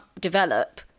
develop